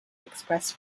express